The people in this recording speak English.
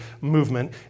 movement